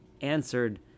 answered